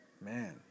Man